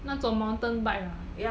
那种 mountain bike 的啊